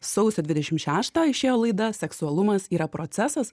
sausio dvidešim šeštą išėjo laida seksualumas yra procesas